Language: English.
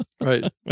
Right